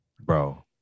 Bro